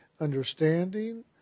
understanding